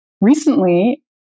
recently